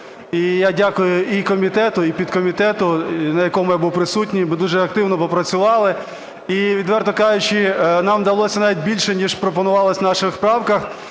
І я дякую і комітету, і підкомітету, на якому я був присутній, ми дуже активно попрацювали. І, відверто кажучи, нам вдалося навіть більше, ніж пропонувалось в наших правках.